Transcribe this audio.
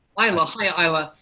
aila, hi aila.